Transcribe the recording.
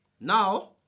now